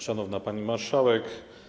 Szanowna Pani Marszałek!